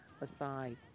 aside